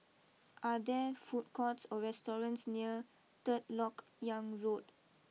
are there food courts or restaurants near third Lok Yang Road